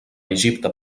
egipte